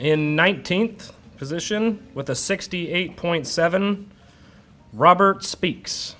in nineteen position with a sixty eight point seven robert speaks